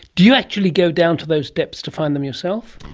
do you actually go down to those depths to find them yourself?